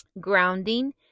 Grounding